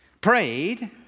Prayed